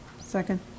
Second